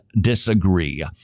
disagree